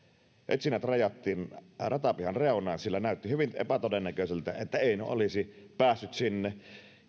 etsinnät rajattiin ratapihan reunaan sillä näytti hyvin epätodennäköiseltä että eino olisi päässyt sinne